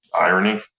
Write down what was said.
irony